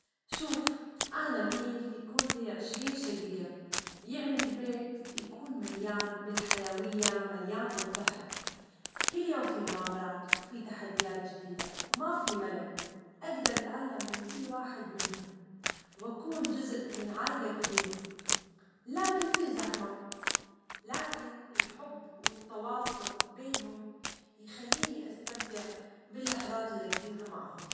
شوف، إنا أميل يكون لي عشرين شجيجا، يعني البيت يكون مليان بالحيوية، مليان بالضحك، كل يوم في مغامرات وفي تحديات جديدة، ما في ملل، أجدر أتعلم من كل واحد منهم وأكون جزءً من عائلة كبيرة، لكن في زحمة، لكن الحب والتواصل بينهم يخليني استمتع باللحظات اللي أجضيها معهم.